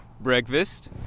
Breakfast